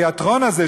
התיאטרון הזה,